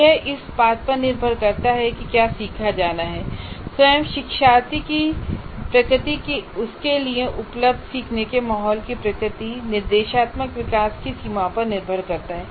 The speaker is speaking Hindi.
यह इस बात पर निर्भर करता है कि क्या सीखा जाना है और स्वयं शिक्षार्थी की प्रकृतिउसके लिए उपलब्ध सीखने के माहौल की प्रकृति और निर्देशात्मक विकास की सीमाओं पर निर्भर करता है